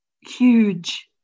huge